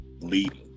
Leading